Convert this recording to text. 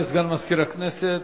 תודה לסגן מזכירת הכנסת.